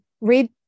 read